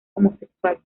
homosexual